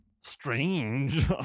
Strange